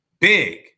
big